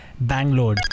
Bangalore